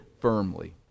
firmly